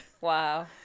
Wow